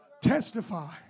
testify